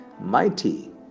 mighty